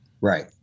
Right